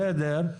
בסדר.